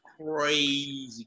crazy